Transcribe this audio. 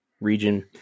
region